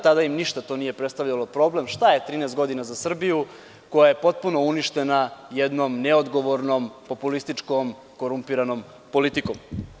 Tada im ništa to nije predstavljalo problem, šta je 13 godina za Srbiju koja je potpuno uništena jednom neodgovornom, populističkom, korumpiranom politikom.